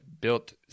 built